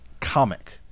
comic